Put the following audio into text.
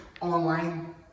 online